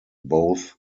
both